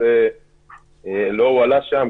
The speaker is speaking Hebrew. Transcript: הנושא לא הועלה שם.